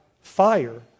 fire